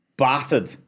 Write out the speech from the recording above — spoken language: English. Battered